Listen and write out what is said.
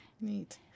Neat